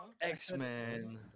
X-Men